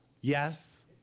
Yes